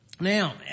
Now